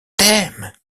t’aime